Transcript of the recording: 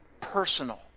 personal